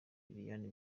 lilian